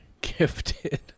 gifted